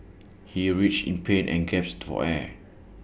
he writhed in pain and gasped for air